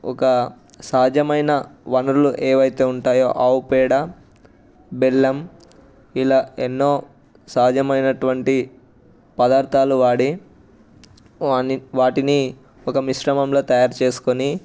ఒక సహజమైన వనరులు ఏవైతే ఉంటాయో ఆవు పేడ బెల్లం ఇలా ఎన్నో సహజమైనటువంటి పదార్థాలు వాడి వాని వాటిని ఒక మిశ్రమంలో తయారు చేసుకొని